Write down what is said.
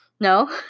No